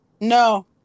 no